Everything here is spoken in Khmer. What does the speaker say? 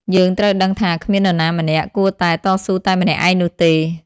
យើងត្រូវដឹងថា គ្មាននរណាម្នាក់គួរតែតស៊ូតែម្នាក់ឯងនោះទេ។